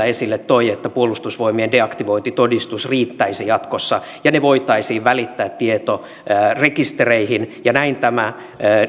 esille toi että puolustusvoimien deaktivointitodistus riittäisi jatkossa ja ne voitaisiin välittää tietorekistereihin ja näin tämä